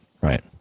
right